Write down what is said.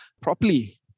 properly